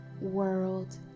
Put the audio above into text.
world